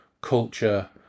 culture